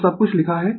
तो सब कुछ लिखा है